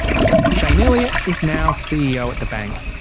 shayne elliott is now ceo at the bank.